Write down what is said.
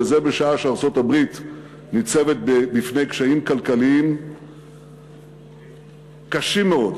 וזה בשעה שארצות-הברית ניצבת בפני קשיים כלכליים קשים מאוד,